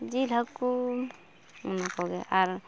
ᱡᱤᱞ ᱦᱟᱹᱠᱩᱻ ᱚᱱᱟᱠᱚᱜᱮ ᱟᱨ